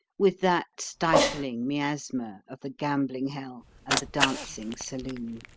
with that stifling miasma of the gambling hell and the dancing saloon!